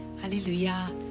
Hallelujah